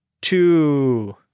two